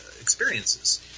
experiences